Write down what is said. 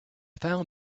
found